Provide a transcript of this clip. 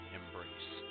embrace